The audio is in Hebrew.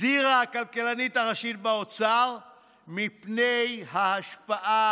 הזהירה הכלכלנית הראשית באוצר מפני ההשפעה